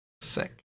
Sick